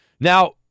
Now